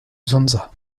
zonza